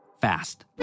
fast